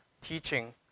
teaching